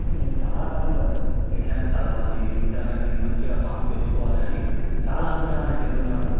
నేను చాలా కష్టపడ్డా ఎట్లయినా చదవాలి ఇంటర్ అనేది మంచిగా మార్క్స్ తెచ్చుకోవాలి అని చాలా అనుకునేవాడిని టెంత్లో ఉన్నప్పుడు